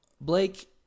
Blake